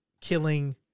killing